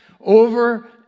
over